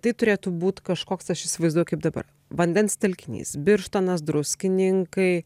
tai turėtų būt kažkoks aš įsivaizduoju kaip dabar vandens telkinys birštonas druskininkai